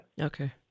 Okay